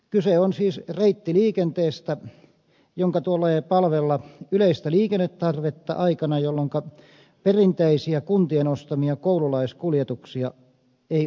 kyse on siis reittiliikenteestä jonka tulee palvella yleistä liikennetarvetta aikana jolloinka perinteisiä kuntien ostamia koululaiskuljetuksia ei ole